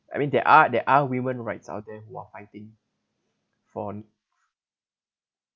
I mean there are there are women rights out there who are fighting for